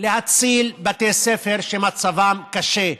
להציל בתי ספר שמצבם קשה.